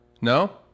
No